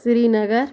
Srinagar